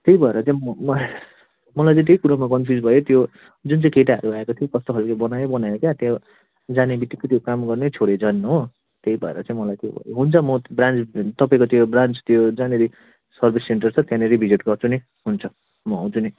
त्यही भएर चाहिँ म म मलाई चाहिँ त्यही कुरोमा कन्फ्युज भए त्यो जुन चाहिँ केटाहरू आएको थियो कस्तो खाले बनायो बनायो क्या त्यो जाने बित्तिकै त्यो काम गर्नै छोड्यो झन् हो त्यही भएर चाहिँ मलाई त्यो हुन्छ म ब्रान्च तपाईँको त्यो ब्रान्च त्यो जहाँनेरि सर्भिस सेन्टर छ त्यहाँनेरि भिजिट गर्छु नि हुन्छ म आउँछु नि